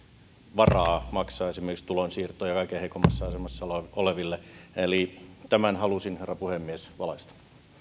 varaa maksaa esimerkiksi tulonsiirtoja kaikkein heikoimmassa asemassa oleville eli tätä halusin herra puhemies valaista